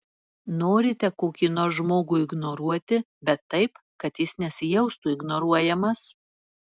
norite kokį nors žmogų ignoruoti bet taip kad jis nesijaustų ignoruojamas